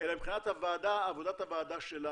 אלא מבחינת עבודת הוועדה שלנו.